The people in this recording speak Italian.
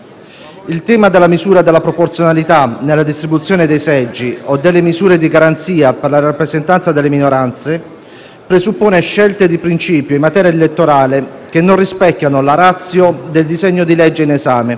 Il tema della misura della proporzionalità nella distribuzione dei seggi o delle misure di garanzia per la rappresentanza delle minoranze presuppone scelte di principio in materia elettorale che non rispecchiano la *ratio* del disegno di legge in esame,